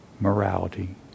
morality